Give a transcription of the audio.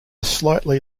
slightly